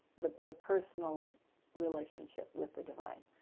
the the personal relationship with the divine,